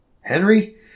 Henry